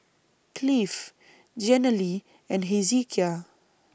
Cleve Jenilee and Hezekiah